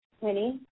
Winnie